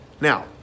Now